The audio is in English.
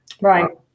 right